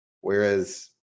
Whereas